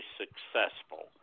successful